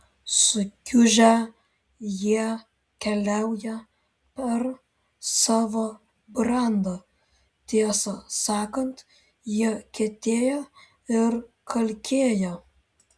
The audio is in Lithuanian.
sukiužę jie keliauja per savo brandą tiesą sakant jie kietėja ir kalkėja